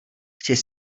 chceš